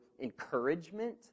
encouragement